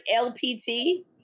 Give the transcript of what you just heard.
LPT